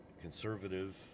conservative